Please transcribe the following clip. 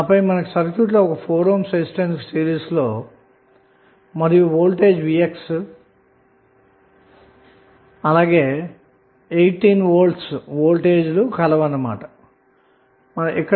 ఆపై మనకు సర్క్యూట్ లో ఒక 4 ohm రెసిస్టెన్స్ సిరీస్ లో ఆధారిత వోల్టేజ్ సోర్స్ vx మరియు 18 Vవోల్టేజ్ సోర్స్ లు ఉన్నాయి